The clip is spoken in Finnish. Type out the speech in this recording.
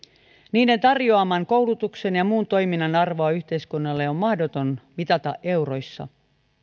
niiden tarjoaman koulutuksen ja muun toiminnan arvoa yhteiskunnalle on mahdoton mitata euroissa